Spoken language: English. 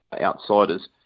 outsiders